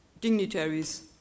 dignitaries